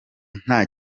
nta